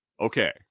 Okay